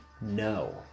no